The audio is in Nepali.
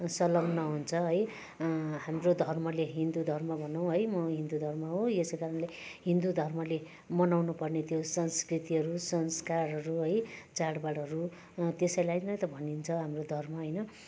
संलग्न हुन्छ है हाम्रो धर्मले हिन्दू धर्म भनौँ है म हिन्दू धर्म हो यसै कारणले हिन्दु धर्मले मनाउनु पर्ने त्यो संस्कृतिहरू संस्कारहरू है चाडबाडहरू त्यसैलाई नै त भनिन्छ हाम्रो धर्म होइन